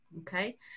okay